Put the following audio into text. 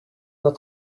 not